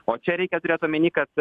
o čia reikia turėti omeny kad